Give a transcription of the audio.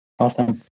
Awesome